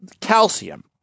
calcium